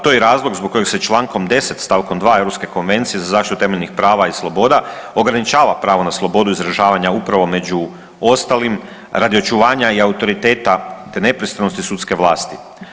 To je i razlog zbog kojeg se Člankom 10. stavkom 2. Europske konvencije za zaštitu temeljnih prava i sloboda ograničava pravo na slobodu izražavanja upravo među ostalim radi očuvanja i autoriteta te nepristranosti sudske vlasti.